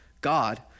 God